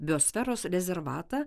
biosferos rezervatą